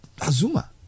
Azuma